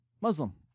Muslim